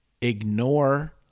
ignore